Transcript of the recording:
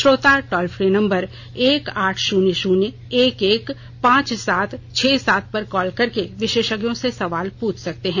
श्रोता toll free number एक आठ शुन्य शुन्य एक एक पांच सात छह सात पर कॉल करके विशेषज्ञों से सवाल पूछ सकते हैं